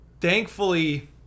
Thankfully